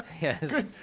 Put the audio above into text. Yes